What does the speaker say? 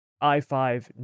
I-5